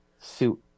suit